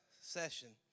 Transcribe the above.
session